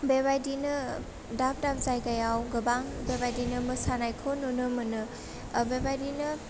बेबायदिनो दाब दाब जायगायाव गोबां बेबायदिनो मोसानायखौ नुनो मोनो ओह बेबायदिनो